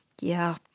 Yeah